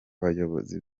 bayobozi